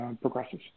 progresses